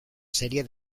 serie